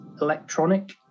electronic